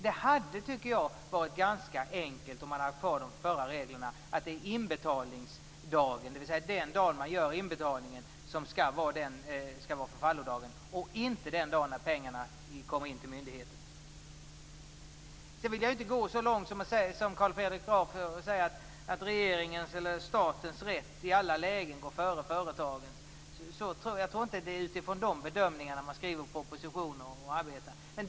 Det hade varit ganska enkelt om man hade haft kvar de tidigare reglerna, dvs. att det är inbetalningsdagen, den dag när man gör inbetalningen, som skall vara förfallodagen, inte den dag när pengarna kommer in till myndigheten. Jag vill inte gå så långt som Carl Fredrik Graf och säga att statens rätt i alla lägen går före företagens. Jag tror inte att det är utifrån de bedömningarna som man arbetar och skriver propositioner.